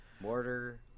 mortar